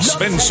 Spin